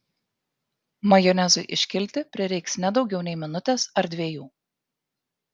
majonezui iškilti prireiks ne daugiau nei minutės ar dviejų